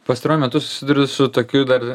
pastaruoju metu susiduriu su tokiu dar